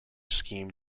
scheme